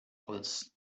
was